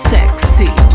Sexy